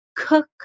Cook